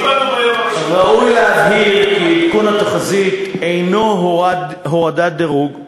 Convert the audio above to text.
ראוי להבהיר כי עדכון התחזית אינו הורדת דירוג,